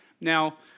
Now